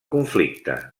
conflicte